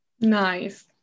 nice